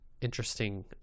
interesting